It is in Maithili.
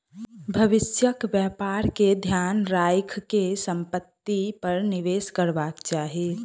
भविष्यक व्यापार के ध्यान राइख के संपत्ति पर निवेश करबाक चाही